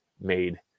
made